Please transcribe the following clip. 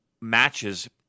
matches